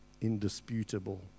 indisputable